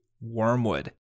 Wormwood